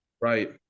right